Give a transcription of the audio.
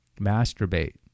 Masturbate